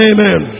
Amen